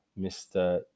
Mr